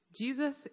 Jesus